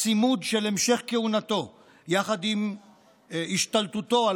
הצימוד של המשך כהונתו יחד עם השתלטותו על